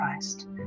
Christ